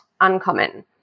uncommon